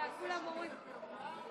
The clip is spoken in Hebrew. נכנס ללב אבל עושה שם איזה פעולה או,